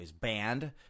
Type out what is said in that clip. banned